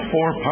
Four